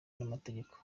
n’amategeko